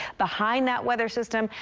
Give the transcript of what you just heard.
behind that weather system,